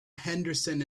henderson